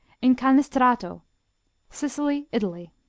incanestrato sicily, italy